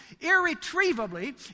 irretrievably